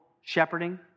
shepherding